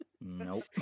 Nope